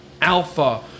alpha